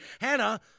Hannah